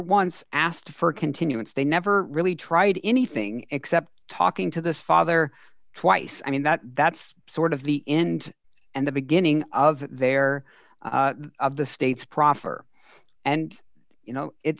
once asked for a continuance they never really tried anything except talking to the father twice i mean that that's sort of the end and the beginning of their of the state's proffer and you know